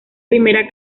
primera